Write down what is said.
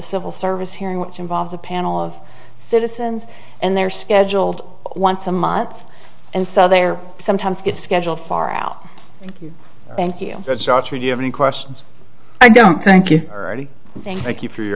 civil service hearing which involves a panel of citizens and they're scheduled once a month and so they are sometimes get scheduled far out thank you that starts would you have any questions i don't think you are ready thank you for your